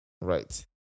Right